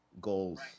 goals